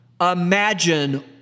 Imagine